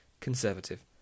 Conservative